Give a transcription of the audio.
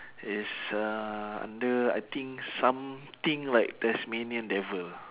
is uh under I think something like tasmanian devil